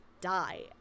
die